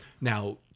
now